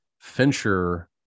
Fincher